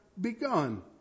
begun